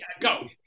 Go